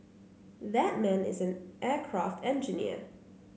that man is an aircraft engineer